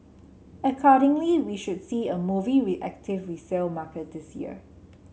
accordingly we should see a movie active resale market this year